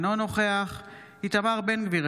אינו נוכח איתמר בן גביר,